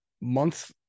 Month